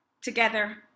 together